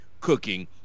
cooking